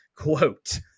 quote